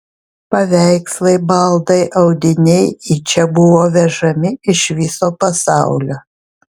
paveikslai baldai audiniai į čia buvo vežami iš viso pasaulio